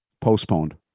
Postponed